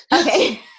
Okay